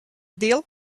deal